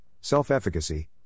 self-efficacy